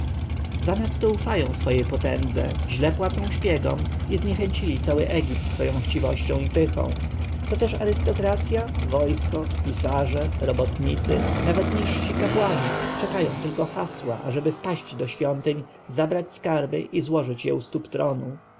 zanadto ufają swej potędze źle płacą szpiegom i zniechęcili cały egipt swoją chciwością i pychą to też arystokracja wojsko pisarze robotnicy nawet niżsi kapłani czekają tylko hasła ażeby wpaść do świątyń zabrać skarby i złożyć je u stóp